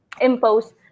impose